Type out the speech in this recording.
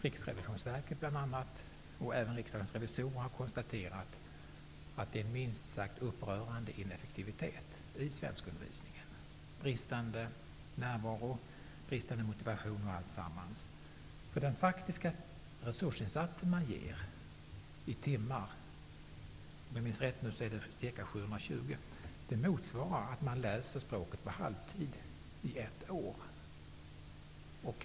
Riksrevisionsverket och Riksdagens revisorer har konstaterat att ineffektiviteten i svenskundervisningen är minst sagt upprörande. Närvaron är bristande, liksom motivationen etc. För den faktiska resursinsats som ges i timmar -- om jag minns rätt är det 720 timmar -- motsvarar att man läser språket på halvtid under ett år.